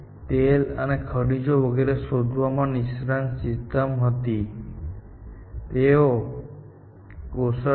તમારે સાથે મળીને ઘણા બધા સપ્લિમેન્ટ્સ ગોઠવવા પડ્યા હતા અને R1 એક નિષ્ણાત સિસ્ટમ હતી જેણે લોકોને કમ્પ્યુટર સિસ્ટમને રૂપરેખાંકિત કરવામાં મદદ કરી